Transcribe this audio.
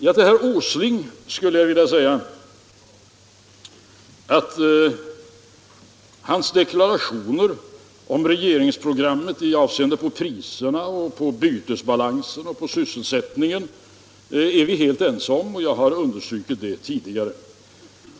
Till herr Åsling skulle jag vilja säga att vi är helt ense om hans deklarationer om regeringsprogrammet i avseende på priserna, bytesbalansen och sysselsättningen. Jag har understrukit det tidigare.